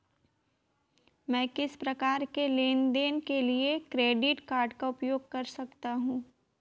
मैं किस प्रकार के लेनदेन के लिए क्रेडिट कार्ड का उपयोग कर सकता हूं?